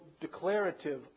declarative